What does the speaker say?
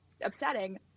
upsetting